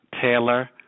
Taylor